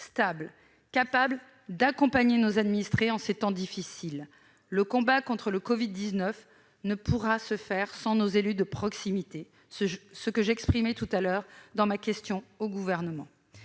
stable, capable d'accompagner nos administrés en ces temps difficiles. Le combat contre le Covid-19 ne pourra se faire sans nos élus de proximité, comme je l'ai exprimé tout à l'heure à l'occasion de ma